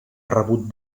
rebut